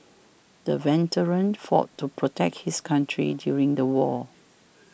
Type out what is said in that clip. the veteran fought to protect his country during the war